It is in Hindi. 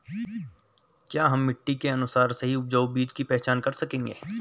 क्या हम मिट्टी के अनुसार सही उपजाऊ बीज की पहचान कर सकेंगे?